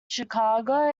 chicago